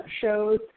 shows